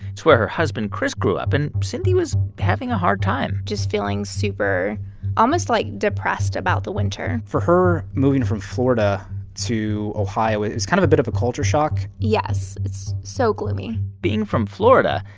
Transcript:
it's where her husband, chris, grew up. and cyndi was having a hard time just feeling super almost, like, depressed about the winter for her, moving from florida to ohio is kind of a bit of a culture shock yes. it's so gloomy being from florida,